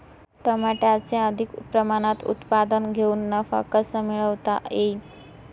टमाट्याचे अधिक प्रमाणात उत्पादन घेऊन नफा कसा मिळवता येईल?